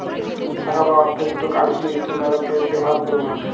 টাকা বা অথ্থের ইকট কাজ হছে ইস্ট্যান্ডার্ড অফ ডেফার্ড পেমেল্ট